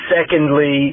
Secondly